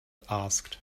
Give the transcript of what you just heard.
asked